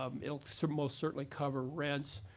um it'll so almost certainly cover rent.